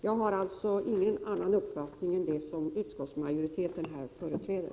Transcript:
Jag har alltså ingen annan uppfattning än den som utskottsmajoriteten företräder.